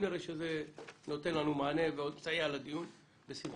אם נראה שזה נותן לנו מענה ומסייע לדיון, בשמחה.